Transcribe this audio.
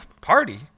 Party